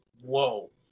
whoa